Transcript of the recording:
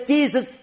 Jesus